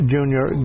Junior